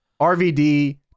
RVD